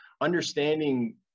Understanding